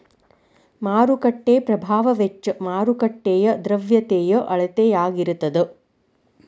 ಮಾರುಕಟ್ಟೆ ಪ್ರಭಾವ ವೆಚ್ಚ ಮಾರುಕಟ್ಟೆಯ ದ್ರವ್ಯತೆಯ ಅಳತೆಯಾಗಿರತದ